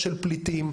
פליטים.